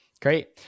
Great